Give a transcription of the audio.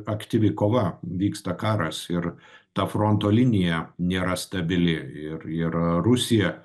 aktyvi kova vyksta karas ir ta fronto linija nėra stabili ir ir rusija